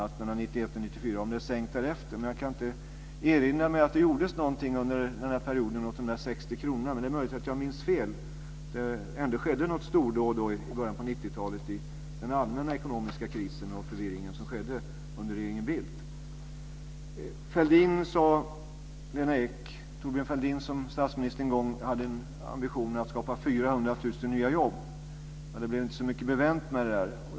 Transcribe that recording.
Jag kan dock inte erinra mig att det under den perioden gjordes någonting åt ersättningen om 60 kr, men det är möjligt att jag minns fel och att det ändå skedde något stordåd i början på 90 talet i den allmänna ekonomiska kris och förvirring som rådde under regeringen Bildt. Lena Ek! Thorbjörn Fälldin hade en gång som statsminister en ambition att skapa 400 000 nya jobb. Det blev inte så mycket bevänt med det där.